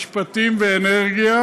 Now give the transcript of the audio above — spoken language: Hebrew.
המשפטים והאנרגיה.